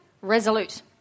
resolute